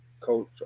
Coach